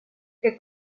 que